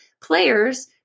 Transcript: players